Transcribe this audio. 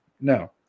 No